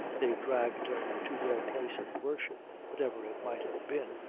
they dragged her to their place of worship, whatever it might have been,